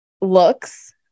looks